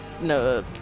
No